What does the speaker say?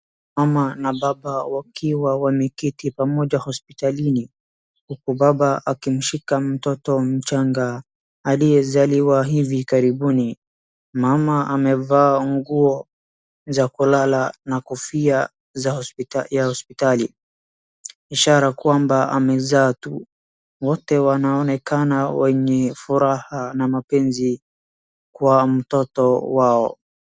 Mama na baba wakiwa wameketi pamoja hospitalini huku baba akimshika mtoto mchanga aliyezaliwa hivi karibuni. Mama amevaa nguo za kulala na kofia ya hospitali ishara kwamba amezaa tu wote wanaonekana wenye furaha na mapenzi kwa mtoto wao.